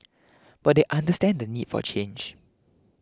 but they understand the need for change